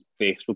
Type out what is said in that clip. Facebook